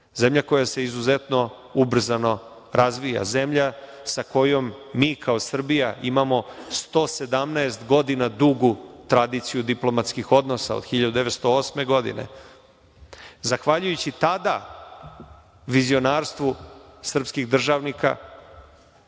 Egipat. Zemlja koja se izuzetno ubrzano razvija, zemlja koja sa kojom mi kao Srbija imamo 117 godina dugu tradiciju diplomatskih odnosa, od 1908. godine. Zahvaljujući tada vizionarstvu srpskih državnika